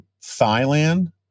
Thailand